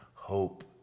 Hope